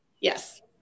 Yes